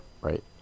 right